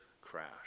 crash